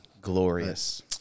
Glorious